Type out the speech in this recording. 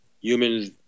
humans